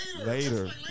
later